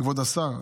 כבוד השר,